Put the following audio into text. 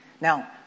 Now